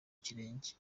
kirenge